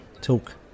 talk